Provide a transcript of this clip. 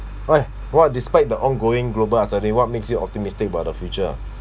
!oi! what despite the ongoing global anxiety what makes you optimistic about the future